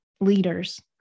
leaders